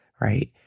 right